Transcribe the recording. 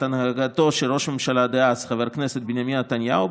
הנהגתו של ראש הממשלה דאז חבר הכנסת בנימין נתניהו,